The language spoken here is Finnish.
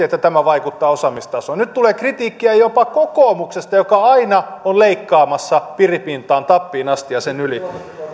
että tämä vaikuttaa osaamistasoon nyt tulee kritiikkiä jopa kokoomuksesta joka aina on leikkaamassa piripintaan tappiin asti ja sen yli